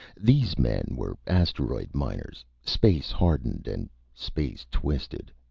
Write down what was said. these men were asteroid miners, space-hardened and space-twisted.